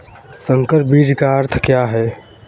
संकर बीज का अर्थ क्या है?